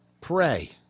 pray